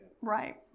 Right